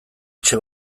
etxe